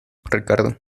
ricardo